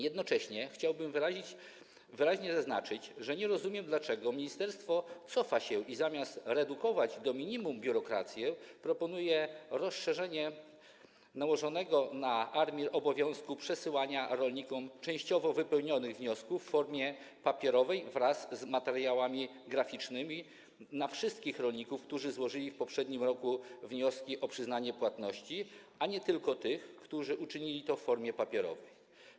Jednocześnie chciałbym wyraźnie zaznaczyć, że nie rozumiem, dlaczego ministerstwo cofa się i zamiast redukować do minimum biurokrację, proponuje rozszerzenie nałożonego na ARiMR obowiązku przesyłania rolnikom częściowo wypełnionych wniosków w formie papierowej wraz z materiałami graficznymi, wszystkim rolnikom, którzy złożyli w poprzednim roku wnioski o przyznanie płatności, a nie tylko tym, którzy uczynili to w formie papierowej.